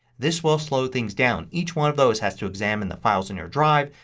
this will slow things down. each one of those has to examine the files in their drive,